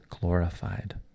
glorified